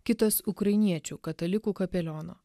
kitas ukrainiečių katalikų kapeliono